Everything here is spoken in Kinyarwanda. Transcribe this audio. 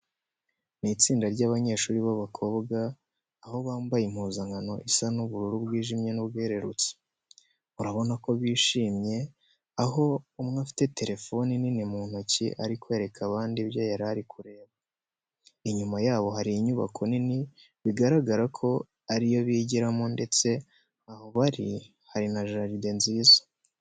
Ni itsinda ry'abanyeshuri b'abakobwa, aho bambaye impuzankano isa ubururu bwijimye n'ubwerurutse. Urabona ko bishimye aho umwe afite telefone nini mu ntoki ari kwereka abandi ibyo yari ari kureba. Inyuma yabo hari inyubako nini bigaragara ko ari yo bigiramo ndetse aho bari hari na jaride nziza.